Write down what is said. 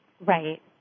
Right